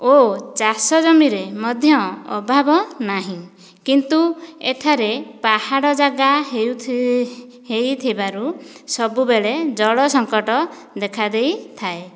ଓ ଚାଷ ଜମିରେ ମଧ୍ୟ ଅଭାବ ନାହିଁ କିନ୍ତୁ ଏଠାରେ ପାହାଡ଼ ଜାଗା ହୋଇଥିବାରୁ ସବୁବେଳେ ଜଳ ସଙ୍କଟ ଦେଖା ଦେଇଥାଏ